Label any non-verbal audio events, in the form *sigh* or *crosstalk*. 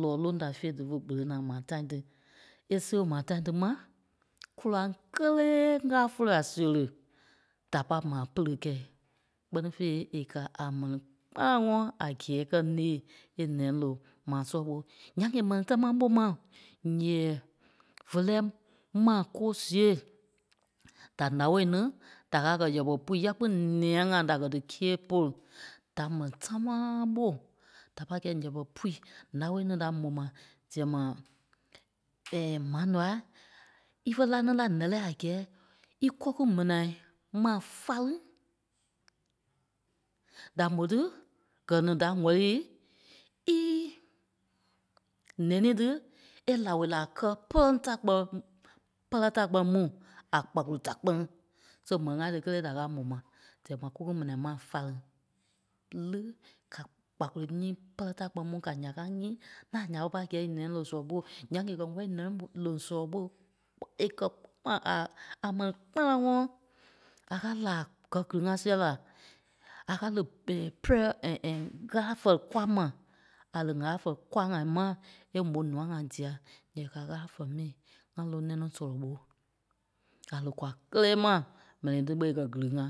Lɔɔ loŋ da fe dífe kpele ní a mai tâi tí. E sìɣe maa tâi tí mai kóraŋ kelee ŋgaa vóloi a seri da pai maa pɛ̀lɛ kɛi kpɛ́ni fêi e kɛ́ a mɛni kpánaŋɔɔ a gɛɛ kɛ́ née e nɛloŋ maa sɔlɔ ɓô. Nyaŋ e mɛni támaa mó mai nyɛɛi fe lɛɛ mai koo sìɣe da nawɔ ní da kaa kɛ̀ yɛpɛ pui yɛɛ kpîŋ nɛɛyâai ŋai da kɛ́ dí gîe polu da mɛni támaa ɓo. Da pâi kɛi yɛpɛ pui nao ní da mò mai dia mai *hesitation* Ma Nuwa ífe laa ní la a gɛɛ í kɔkí-mena maa fáleŋ. Da mó tí gɛ nì da wɛ̀li í nɛnî tí é láo la kɛi poŋ da kpelɔ *hesitation* pɛrɛ ta kpɛ́ni mu a kpakolo da kpɛni. So mɛni ŋai tí kelee da káa mó mai dia mai koku mena maa fáleŋ. Le ka kpakolo nyii pɛrɛ da kpɛni mu ka nyáa ká ǹyîi laa nya ɓé pâi kɛi í nɛloŋ sɔlɔ ɓô ooo nyaŋ e kɛ́ wɛli nɛ ɓo- lóŋ sɔlɔ ɓô ooooo. Kpɔ- E kɛ́ kpɔ a- a mɛni kpánaŋɔɔ. A káa laa kɛ́ gili-ŋa sia la. A káa li *hesitation* prayer *hesitation* Ɣâla fɛli kwaa ma. A li Ŋâla fɛli kwàa ŋa maa ímo nûa ŋai dia nyɛɛ ka Ɣâla fɛli mi ŋa lóŋ nɛloŋ sɔlɔ ɓô. A li kwaa kélee mai, mɛni tí kpe è kɛ́ gili-ŋa.